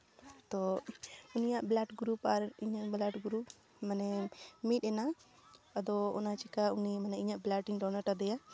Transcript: ᱛᱚ ᱩᱱᱤᱭᱟᱜ blood group ᱟᱨ ᱤᱧᱟᱹᱜ ᱵᱞᱟᱰ ᱜᱨᱩᱯ ᱢᱟᱱᱮ ᱢᱤᱫ ᱮᱱᱟ ᱟᱫᱚ ᱚᱱᱟ ᱪᱮᱠᱟ ᱩᱱᱤ ᱢᱟᱱᱮ ᱤᱧᱟᱹᱜ ᱵᱞᱟᱰᱤᱧ ᱰᱳᱱᱮᱴᱟᱫᱮᱭᱟ